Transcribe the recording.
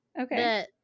okay